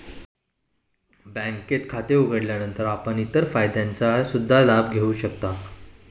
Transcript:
बँकेत खाते उघडल्यानंतर आपण इतर फायद्यांचा सुद्धा लाभ घेऊ शकता